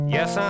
Yes